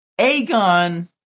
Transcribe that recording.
Aegon